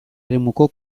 eremuko